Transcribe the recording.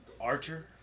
Archer